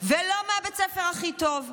ולא מבית הספר הכי טוב.